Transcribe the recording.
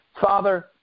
father